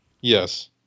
Yes